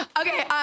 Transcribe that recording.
Okay